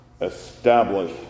establish